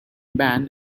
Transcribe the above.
ban